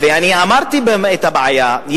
ואני אמרתי את הבעיה.